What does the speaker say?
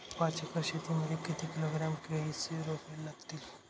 पाच एकर शेती मध्ये किती किलोग्रॅम केळीची रोपे लागतील?